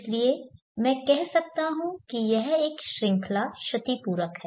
इसलिए मैं कह सकता हूं कि यह एक श्रृंखला क्षतिपूरक है